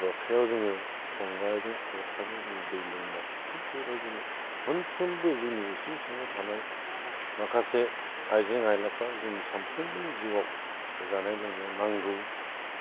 लथायाव जोङो थंगाजों लथाजों जोङो दै लोंबाय थिक बेबायदिनो मोनफ्रोमबो जोंनि इसिं सिङाव थानाय माखासे आइजें आइलाफोरा जोंनि सानफ्रोमबोनि जिउआव जानाय लोंनायाव नांगौ